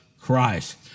Christ